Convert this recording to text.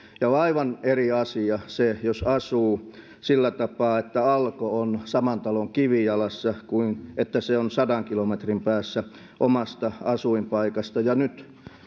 on aivan eri asia se jos asuu sillä tapaa että alko on saman talon kivijalassa kuin että se on sadan kilometrin päässä omasta asuinpaikasta ja nyt